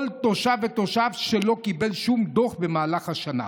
תושב ותושב שלא קיבלו שום דוח במהלך השנה.